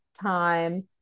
time